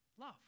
Love